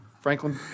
Franklin